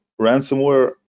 ransomware